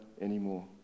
anymore